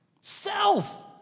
Self